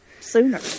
sooner